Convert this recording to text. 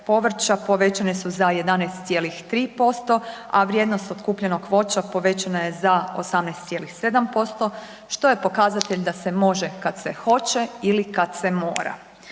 povećane su za 11,3% a vrijednost otkupljenog voća povećana je za 18,7% što je pokazatelj da se može kad se hoće ili kad se mora.